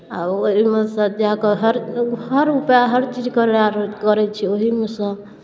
आ ओहिमे सँ जा कऽ हर हर उपाय हर चीज करबै करै छी ओहिमे सँ